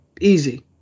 easy